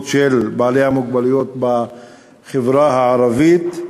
של בעלי המוגבלויות בחברה הערבית,